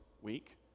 week